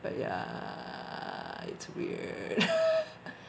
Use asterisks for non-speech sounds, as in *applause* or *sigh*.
but yeah it's weird *laughs*